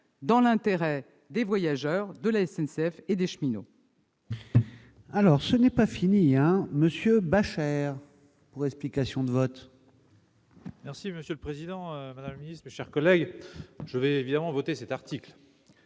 dans l'intérêt des voyageurs, de la SNCF et des cheminots.